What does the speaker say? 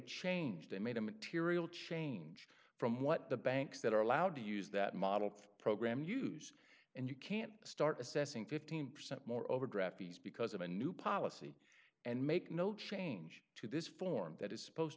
changed they made a material change from what the banks that are allowed to use that model for program use and you can't start assessing fifteen percent more overdraft fees because of a new policy and make no change to this form that is supposed